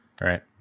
Right